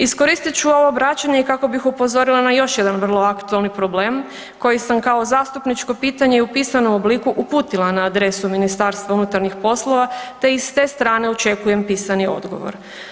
Iskoristit ću ovo vraćanje kako bi upozorila n još jedan vrlo aktualni problem koji sam kao zastupničko pitanje i u pisanom obliku uputila na adresu MUP-a te i s te strane očekujem pisani odgovor.